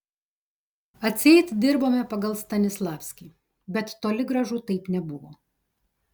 atseit dirbome pagal stanislavskį bet toli gražu taip nebuvo